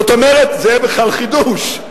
זאת אומרת, זה בכלל חידוש,